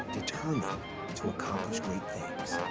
determined um to accomplish great things.